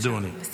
ידוע, לי.